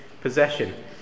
possession